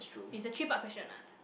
is a three part question ah